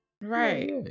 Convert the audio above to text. Right